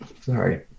sorry